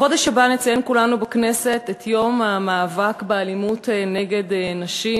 בחודש הבא נציין כולנו בכנסת את יום המאבק באלימות נגד נשים,